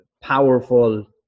powerful